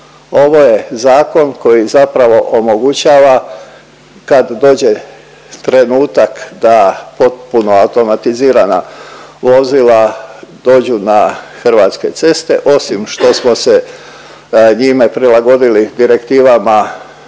Ovo je zakon koji zapravo omogućava kad dođe trenutak da potpuno automatizirana vozila dođu na hrvatske ceste osim što smo se njime prilagodili direktivama